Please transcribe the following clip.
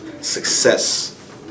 success